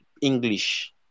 English